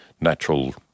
natural